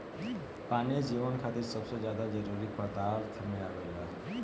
पानी जीवन खातिर सबसे ज्यादा जरूरी पदार्थ में आवेला